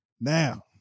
Now